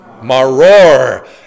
Maror